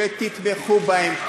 שתתמכו בהם,